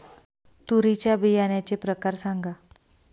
तूरीच्या बियाण्याचे प्रकार सांगा